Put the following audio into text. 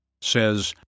says